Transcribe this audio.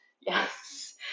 Yes